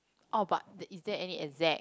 oh but is there any exact